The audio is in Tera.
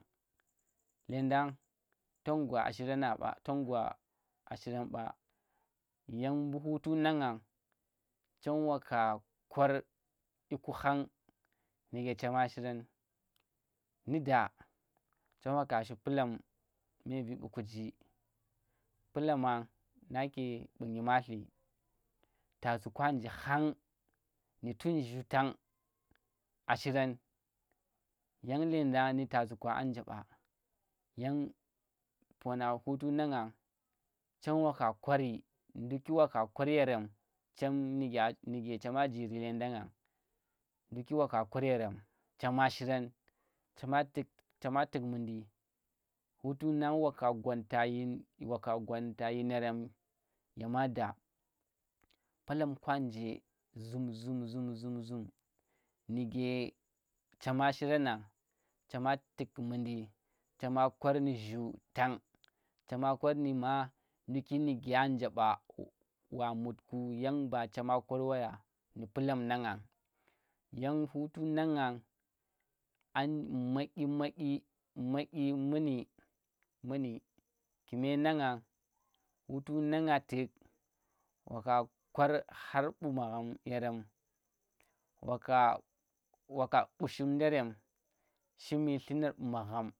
Llendang, tom gwa a shiran nang ɓa, ton gwa a shiran ɓa, yang ɓu hutu nang ngang, chem waka kwar dyiku khang nuge chemma shiran, nu da chem waka shi palamme vi ɓu kuji, palama nake ɓu nyimatu, tazu̱ kwa nje khang, nu tun zhu tang a shiran, yang ledang nu tazukwa a nje ɓa, yang pona hutu nang ngang, chem waka kwari, nduki waka kwar yerem chem nuge, nuke chema jiri ledang ngang, nduki waka kwar yerem chema shiran, chema tu̱k chema tu̱k mundi, hutu nang waka gwanta dyin, waka gwanta dyinerem ye mada. Palam kwa nje zun zum zum zum zum nu̱ge chema shiran nang chema tukh mundi, chema kwar nu zhu tang chema kwar nu ma nduki nuga nje ɓa wa mut ku yang ba chema kwar wara nu palam nang nyang. Yan huta nang ngang an madyi, madyi madyi muni muni kume ngang hutu nang ngang tuk, waka kwar khar ɓu magham verem waka, waku ƙushum derem, shimi tlunar ɓu magham.